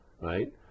right